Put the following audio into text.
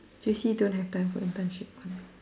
if you say don't have time for internship one